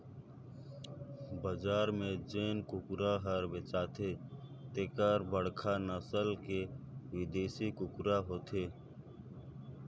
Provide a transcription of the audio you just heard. बजार में जेन कुकरा हर बेचाथे तेहर बड़खा नसल के बिदेसी कुकरा होथे